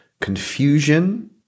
confusion